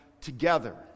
together